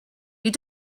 you